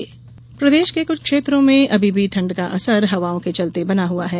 मौसम प्रदेश के कुछ क्षेत्रों में अभी भी ठंड का असर हवाओं के चलते बना हुआ है